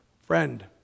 Friend